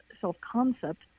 self-concept